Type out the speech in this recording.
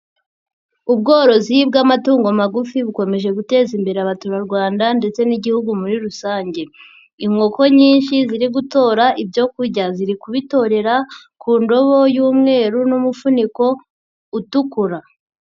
Ubworozi bw'amatungo magufi bukomeje guteza imbere abaturarwanda ndetse n'igihugu muri rusange. Inkoko nyinshi ziri gutora ibyo kurya, ziri kubitorera ku ndobo y'umweru n'umufuniko utukura.